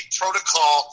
protocol